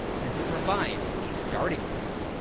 since it provides a starting point.